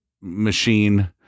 machine